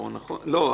לא,